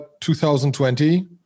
2020